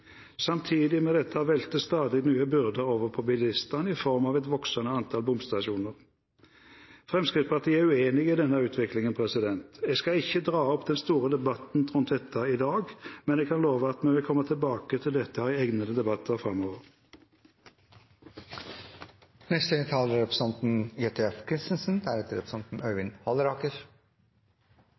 Samtidig med dette veltes stadig nye byrder over på bilistene i form av et voksende antall bomstasjoner. Fremskrittspartiet er uenig i denne utviklingen. Jeg skal ikke dra opp den store debatten rundt dette i dag, men jeg kan love at vi vil komme tilbake til dette i egnede debatter framover. Takk til saksordføraren for ein god gjennomgang av både det me er